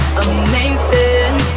amazing